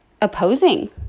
opposing